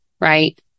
right